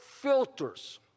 filters